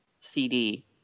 CD